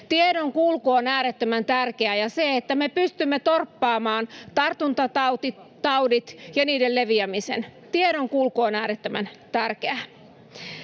Tiedonkulku on äärettömän tärkeää ja se, että me pystymme torppaamaan tartuntataudit ja niiden leviämisen. Tiedonkulku on äärettömän tärkeää.